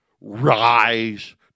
rise